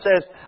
says